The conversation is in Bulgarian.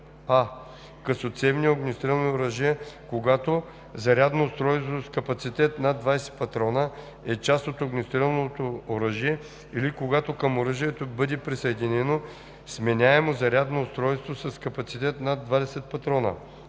а) късоцевни огнестрелни оръжия, когато зарядно устройство с капацитет над 20 патрона е част от огнестрелното оръжие или когато към оръжието бъде присъединено сменяемо зарядно устройство с капацитет над 20 патрона;